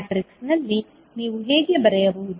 ಮ್ಯಾಟ್ರಿಕ್ಸ್ನಲ್ಲಿ ನೀವು ಹೇಗೆ ಬರೆಯಬಹುದು